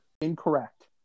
Incorrect